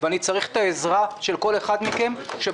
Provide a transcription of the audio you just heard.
ואני צריך את העזרה של כל אחד מכם כדי